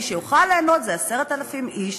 מי שיוכל ליהנות זה 10,000 איש